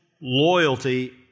loyalty